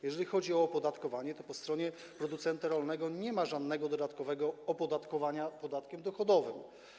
Jeżeli chodzi o opodatkowanie, to po stronie producenta rolnego nie ma żadnego dodatkowego opodatkowania podatkiem dochodowym.